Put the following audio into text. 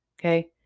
Okay